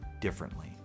differently